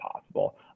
possible